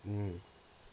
mm